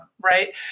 right